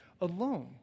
alone